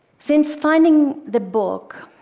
since finding the book,